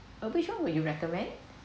uh which one would you recommend